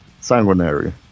Sanguinary